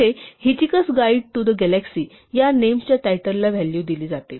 इथे hitchhiker's guide to the galaxy ह्या नेमच्या टायटलला व्हॅलू दिली जाते